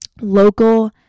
local